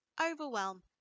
overwhelm